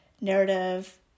narrative